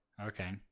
Okay